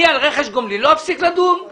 אני על רכש גומלין לא אפסיק לדון.